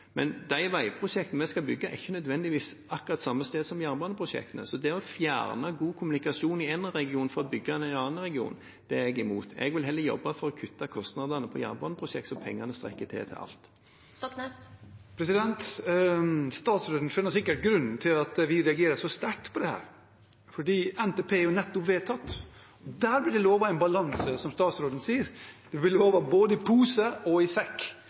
akkurat samme sted som jernbaneprosjektene, så det å fjerne god kommunikasjon i én region for å bygge den i en annen region er jeg imot. Jeg vil heller jobbe for å kutte kostnadene i jernbaneprosjekter, så pengene strekker til til alt. Statsråden skjønner sikkert grunnen til at vi reagerer så sterkt på dette, for NTP er nettopp vedtatt. Der blir det lovet en balanse, som statsråden sier, en lover både i pose og i sekk.